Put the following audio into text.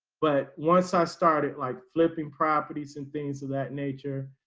but once i started, like flipping properties and things of that nature,